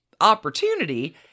opportunity